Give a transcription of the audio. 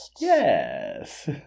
Yes